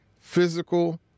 physical